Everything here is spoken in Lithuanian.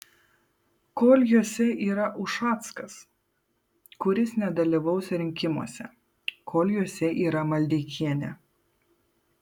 kol jose yra ušackas kuris nedalyvaus rinkimuose kol juose yra maldeikienė